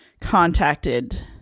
contacted